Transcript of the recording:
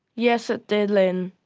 yes, it did, lynne.